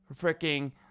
freaking